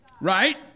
right